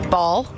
Ball